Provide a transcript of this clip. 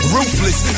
Ruthless